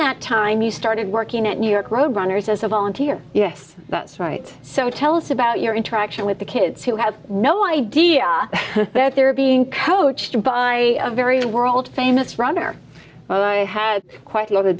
that time you started working at new york road runners as a volunteer yes that's right so tell us about your interaction with the kids who have no idea that they're being coached by a very world famous runner but i had quite